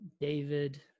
David